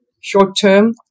short-term